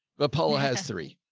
but paula has three.